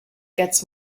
gets